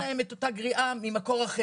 אף אחד לא נותן להם את אותה גריעה ממקור אחר.